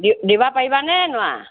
দি দিব পাৰিবানে নোৱাৰা